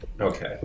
okay